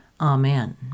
Amen